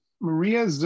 Maria